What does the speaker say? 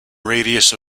radius